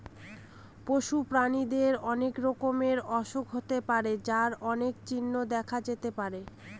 পশু প্রাণীদের অনেক রকমের অসুখ হতে পারে যার অনেক চিহ্ন দেখা যেতে পারে